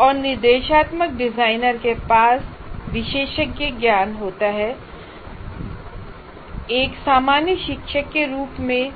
और निर्देशात्मक डिजाइनर के पास विशेषज्ञ ज्ञान होता हैएक सामान्य शिक्षक के रूप में